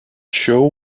show